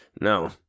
no